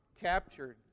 captured